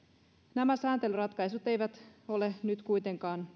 nämä sääntelyratkaisut eivät ole nyt kuitenkaan